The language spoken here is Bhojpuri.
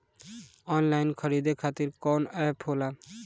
आनलाइन खरीदे खातीर कौन एप होला?